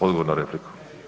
Odgovor na repliku?